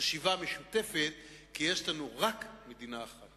חשיבה משותפת, כי יש לנו רק מדינה אחת.